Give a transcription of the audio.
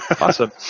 Awesome